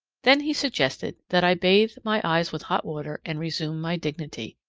then he suggested that i bathe my eyes with hot water and resume my dignity.